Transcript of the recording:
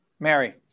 Mary